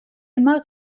immer